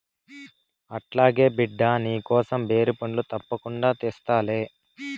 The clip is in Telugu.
అట్లాగే బిడ్డా, నీకోసం బేరి పండ్లు తప్పకుండా తెస్తాలే